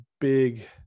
big